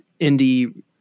indie